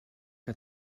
que